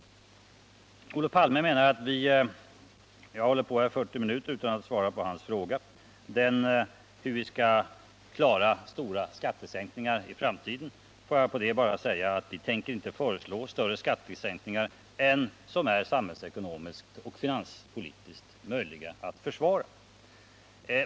Olof Palme menar att jag talat i 40 minuter utan att svara på hans fråga om hur vi skall klara stora skattesänkningar i framtiden. Får jag på det bara säga: Vi tänker inte föreslå större skattesänkningar än vad som är samhällsekonomiskt och finanspolitiskt möjligt att försvara.